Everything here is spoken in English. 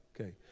Okay